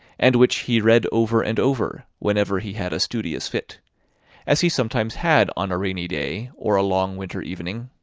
and which he read over and over, whenever he had a studious fit as he sometimes had on a rainy day, or a long winter evening.